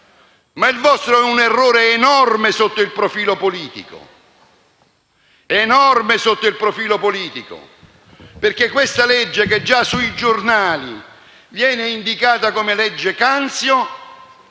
il vostro è un errore enorme sotto il profilo politico. Questo decreto-legge, che già sui giornali viene indicato come legge Canzio,